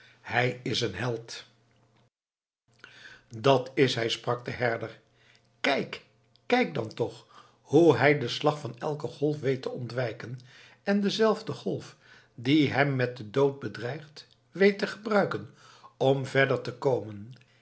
hij is een held dat is hij sprak de herder kijk kijk dan toch hoe hij den slag van elke golf weet te ontwijken en dezelfde golf die hem met den dood bedreigt weet te gebruiken om verder te komen